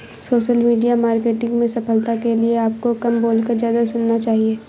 social media marketing में सफलता के लिए आपको कम बोलकर ज्यादा सुनना चाहिए